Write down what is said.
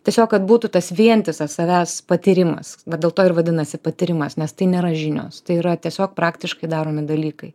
tiesiog kad būtų tas vientisas savęs patyrimas va dėl to ir vadinasi patyrimas nes tai nėra žinios tai yra tiesiog praktiškai daromi dalykai